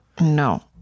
No